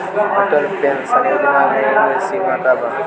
Atal pension Yojana मे उम्र सीमा का बा?